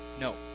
No